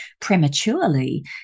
prematurely